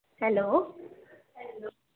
hello